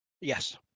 Yes